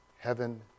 Heaven